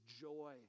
joy